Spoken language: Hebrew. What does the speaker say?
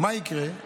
מה יקרה?